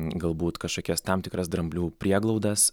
galbūt kažkokias tam tikras dramblių prieglaudas